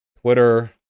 Twitter